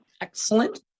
Excellent